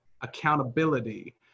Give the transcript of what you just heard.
accountability